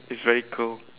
it's very cool